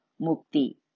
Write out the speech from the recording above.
mukti